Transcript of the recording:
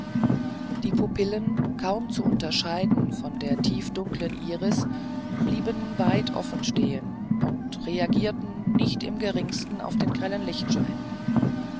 die pupillen kaum zu unterscheiden von der tiefdunklen iris blieben weit offenstehen und reagierten nicht im geringsten auf den grellen lichtschein